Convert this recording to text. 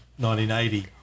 1980